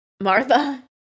Martha